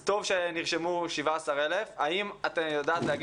זה טוב שנרשמו 17,000 אבל האם את יודעת לומר